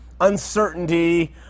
uncertainty